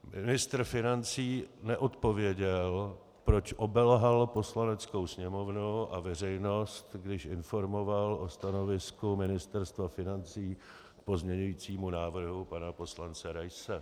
Ministr financí neodpověděl, proč obelhal Poslaneckou sněmovnu a veřejnost, když informoval o stanovisku Ministerstva financí k pozměňovacímu návrhu pana poslance Raise.